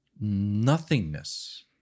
nothingness